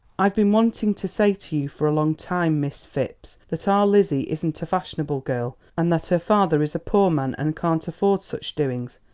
i've been wanting to say to you for a long time, miss phipps, that our lizzie isn't a fashionable girl, and that her father is a poor man and can't afford such doings,